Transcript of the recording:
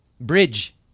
Bridge